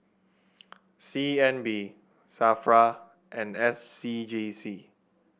C N B Safra and S C G C